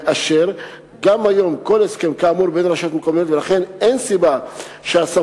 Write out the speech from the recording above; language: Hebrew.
מאשר גם היום כל הסכם כאמור בין רשויות מקומיות ולכן אין סיבה שהסמכויות